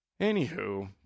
Anywho